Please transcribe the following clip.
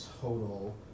total